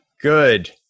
Good